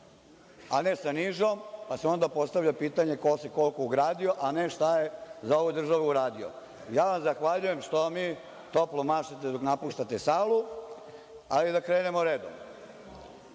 a ne sa nižom, pa se onda postavlja pitanje ko se koliko ugradio, a ne šta je za ovu državu uradio. Zahvaljujem vam što mi toplo mašete, jer napuštate salu, ali da krenemo redom.(Saša